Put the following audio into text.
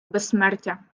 безсмертя